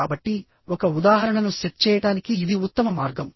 కాబట్టి ఒక ఉదాహరణను సెట్ చేయడానికి ఇది ఉత్తమ మార్గం